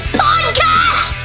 podcast